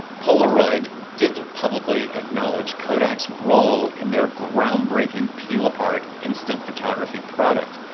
polaroid didn't publicly acknowledge kodak's role in their groundbreaking peel apart instant photography product.